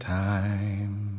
time